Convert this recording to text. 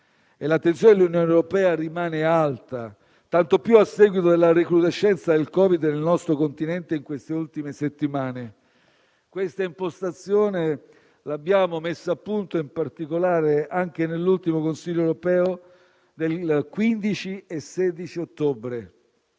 L'attenzione dell'Unione europea rimane alta, tanto più a seguito della recrudescenza del Covid nel nostro continente in queste ultime settimane. Questa impostazione abbiamo messo a punto in particolare anche nell'ultimo Consiglio europeo del 15 e 16 ottobre.